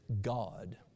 God